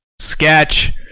Sketch